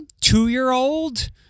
two-year-old